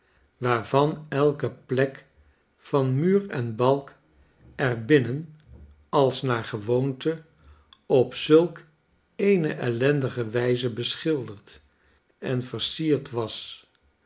waarvan elke plek van muur en balk er binnen als naar gewoonte op zulk eene ellendige wijze beschilderd en versierd was